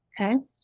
okay